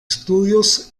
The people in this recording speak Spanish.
estudios